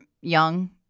young